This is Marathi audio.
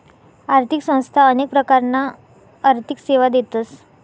आर्थिक संस्था अनेक प्रकारना आर्थिक सेवा देतस